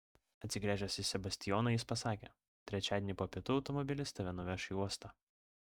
atsigręžęs į sebastijoną jis pasakė trečiadienį po pietų automobilis tave nuveš į uostą